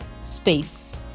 space